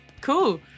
Cool